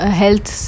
health